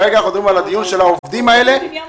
כרגע אנחנו חוזרים לדיון על העובדים האלה שעובדים